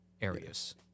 areas